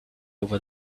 over